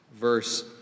verse